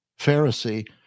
Pharisee